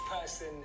person